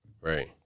Right